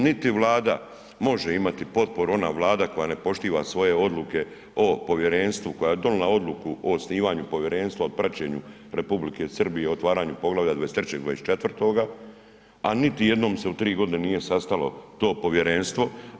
Niti Vlada može imati potporu, ona Vlada koja ne poštiva svoje odluke o povjerenstvu, koja je donijela odluku o osnivanju povjerenstva o praćenju Republike Srbije, otvaranju poglavlja 23. i 24., a niti jednom se u 3 godine nije sastalo to povjerenstvo.